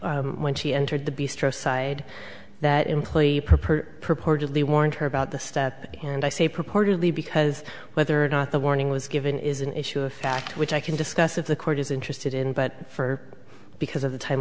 wolff when she entered the b stressed side that employee proport purportedly warned her about the step and i say purportedly because whether or not the warning was given is an issue a fact which i can discuss if the court is interested in but for because of the time